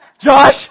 Josh